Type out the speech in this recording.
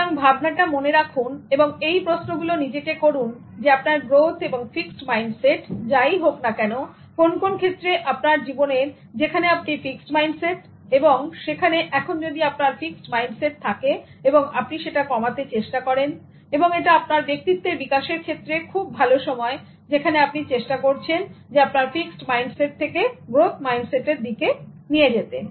সুতরাং ভাবনাটা মনে রাখুন এবং এই প্রশ্নগুলো নিজেকে করুন যে আপনার গ্রোথ এবং ফিক্সড মাইন্ডসেট যাই হোক না কেন কোন কোন ক্ষেত্রে আপনার জীবনের যেখানে আপনি ফিক্সড মাইন্ডসেট এবং সেখানে এখন যদি আপনার ফিক্সট মাইন্ডসেট থাকে এবং আপনি কমাতে চেষ্টা করেন এটা আপনার ব্যক্তিত্বের বিকাশের ক্ষেত্রে খুব ভালো সময় যেখানে আপনি চেষ্টা করছেন আপনার ফিক্সট মাইন্ডসেট থেকে গ্রোথ মাইন্ডসেটের দিকে নিতে